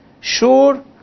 sure